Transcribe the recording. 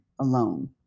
alone